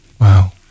wow